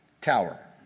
tower